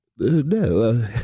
No